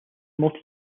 multi